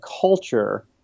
culture